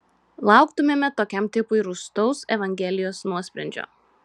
lauktumėme tokiam tipui rūstaus evangelijos nuosprendžio